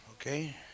okay